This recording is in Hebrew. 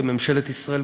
כממשלת ישראל,